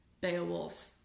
Beowulf